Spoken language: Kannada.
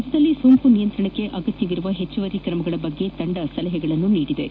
ರಾಜ್ಯದಲ್ಲಿ ಸೋಂಕು ನಿಯಂತ್ರಣಕ್ಕೆ ಅಗತ್ಯವಿರುವ ಹೆಚ್ಚುವರಿ ಕ್ರಮಗಳ ಕುರಿತು ಕೇಂದ್ರ ತಂಡ ಸಲಹೆ ನೀಡಿದ್ದು